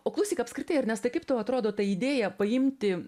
o klausyk apskritai ernestai kaip tau atrodo ta idėja paimti